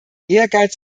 ehrgeiz